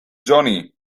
johnny